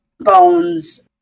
bones